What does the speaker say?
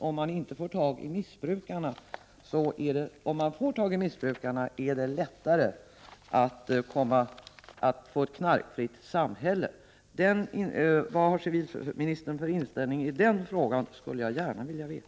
Om man får tag i missbrukarna är det lättare att få ett knarkfritt samhälle. Vad civilministern har för inställning i den frågan skulle jag gärna vilja veta.